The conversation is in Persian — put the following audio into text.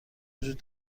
وجود